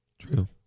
true